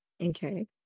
okay